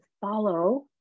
follow